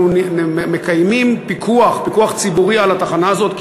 אנחנו מקיימים פיקוח ציבורי על התחנה הזאת,